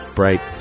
bright